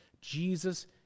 Jesus